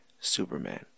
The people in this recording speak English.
Superman